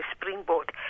springboard